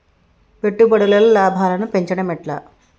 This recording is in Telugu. పెట్టుబడులలో లాభాలను పెంచడం ఎట్లా?